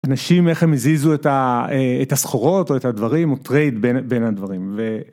אנשים איך הם הזיזו את הסחורות או את הדברים, הוא טרייד בין הדברים.